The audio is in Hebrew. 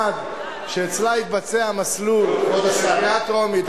עד שאצלה יתבצע המסלול של קריאה טרומית,